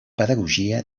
pedagogia